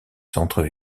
centre